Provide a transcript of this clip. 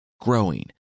growing